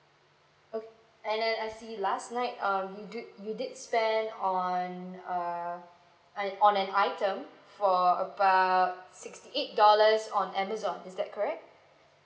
oh and then I see last night um you did you did spend on uh an on an item for about sixty eight dollars on amazon is that correct